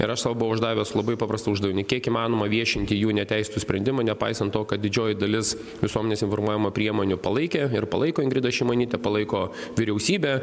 ir sau buvau uždavęs labai paprastą uždavinį kiek įmanoma viešinti jų neteistų sprendimą nepaisant to kad didžioji dalis visuomenės informavimo priemonių palaikė ir palaiko ingridą šimonytę palaiko vyriausybę